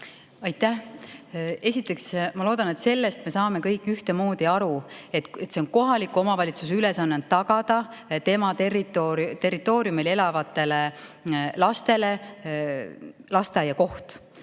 Aitäh! Esiteks, ma loodan, et sellest me saame kõik ühtemoodi aru, et kohaliku omavalitsuse ülesanne on tagada tema territooriumil elavatele lastele lasteaiakoht.